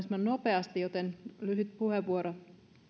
nopeasti joten lyhyt puheenvuoro